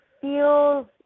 feels